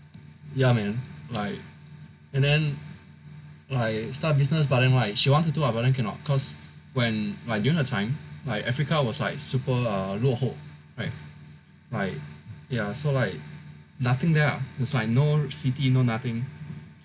ya man like and then like start business but then right she wanted to do ah but then cannot cause when like you know the time like Africa was like super 落后 right like ya so like nothing there ah is like no city no nothing